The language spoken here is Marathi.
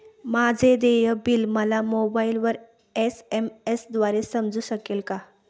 माझे देय बिल मला मोबाइलवर एस.एम.एस द्वारे समजू शकेल का?